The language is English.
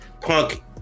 punk